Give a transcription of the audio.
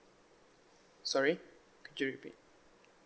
sorry could you repeat